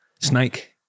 Snake